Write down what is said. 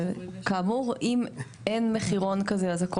אבל כאמור אם אין מחירון כזה אז הכול